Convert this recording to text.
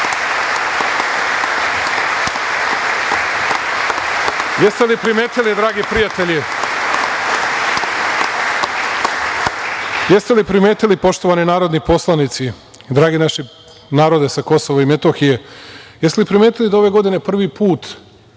li primetili, dragi prijatelji, jeste li primetili, poštovani narodni poslanici, dragi naš narode sa Kosova i Metohije, jeste li primetili da ove godine prvi put